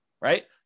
Right